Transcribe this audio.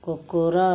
କୁକୁର